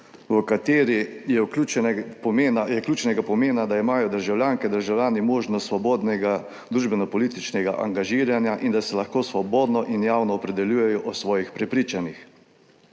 v kateri je ključnega pomena, da imajo državljanke in državljani možnost svobodnega družbenopolitičnega angažiranja in da se lahko svobodno in javno opredeljujejo o svojih prepričanjih.